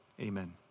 amen